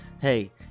Hey